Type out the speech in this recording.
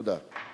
תודה.